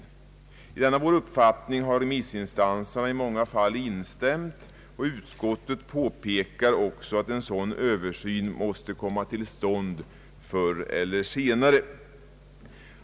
Remissinstanserna har i många fall instämt i denna vår uppfattning, och utskottet påpekar att en sådan översyn måste komma till stånd förr eller senare.